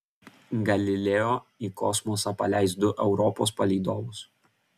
galileo į kosmosą paleis du europos palydovus